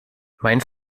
mein